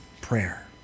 prayer